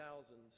thousands